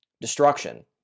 destruction